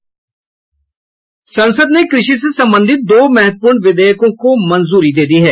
संसद ने कृषि से संबंधित दो महत्वपूर्ण विधेयकों को मंजूरी दे दी है